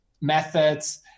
methods